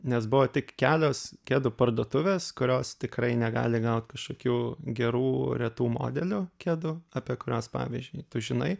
nes buvo tik kelios kedų parduotuvės kurios tikrai negali gaut kažkokių gerų retų modelių kedų apie kuriuos pavyzdžiui tu žinai